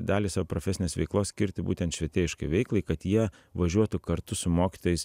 dalį savo profesinės veiklos skirti būtent švietėjiškai veiklai kad jie važiuotų kartu su mokytojais